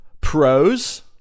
pros